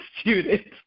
student